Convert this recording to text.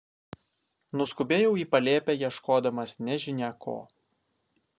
nuskubėjau į palėpę ieškodamas nežinia ko